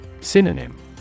Synonym